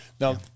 Now